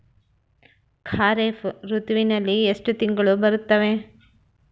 ಖಾರೇಫ್ ಋತುವಿನಲ್ಲಿ ಎಷ್ಟು ತಿಂಗಳು ಬರುತ್ತವೆ?